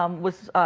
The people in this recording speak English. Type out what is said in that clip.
um was